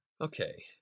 Okay